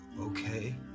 Okay